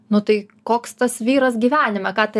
nu tai koks tas vyras gyvenime ką tai